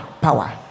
Power